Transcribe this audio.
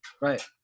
right